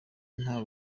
nta